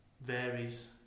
varies